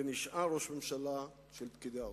ונשאר ראש ממשלה של פקידי האוצר.